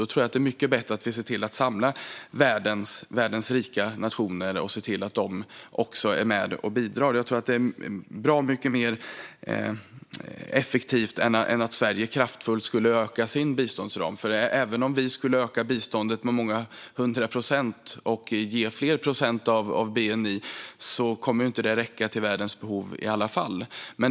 Jag tror att det är mycket bättre att samla världens rika nationer och få dem att också bidra. Det är nog bra mycket mer effektivt än att Sverige ökar sin biståndsram kraftigt. Även om Sverige skulle öka sitt bistånd med många hundra procent och ge fler procent av bni kommer det ändå inte att täcka världens behov.